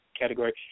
category